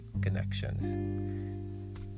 connections